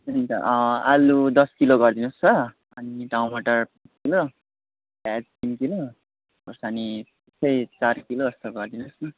हुन्छ आलु दस किलो गरिदिनुहोस् हो अनि टमटर किलो प्याज तिन किलो खोर्सानी यस्तै चार किलो जस्तो गरिदिनुहोस् न